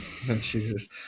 Jesus